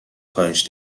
کاهش